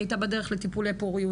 היא הייתה בדרך לטיפולי פוריות,